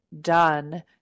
done